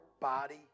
body